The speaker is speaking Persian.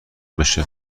بشه